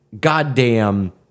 goddamn